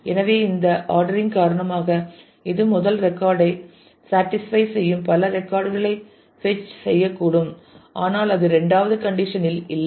எனவே இந்த ஆர்டரிங் காரணமாக இது முதல் ரெக்கார்ட் ஐ ஸேட்டிஸ்பை செய்யும் பல ரெக்கார்ட் களை பெச் செய்யக்கூடும் ஆனால் அது இரண்டாவது கண்டிஷன் இல்லை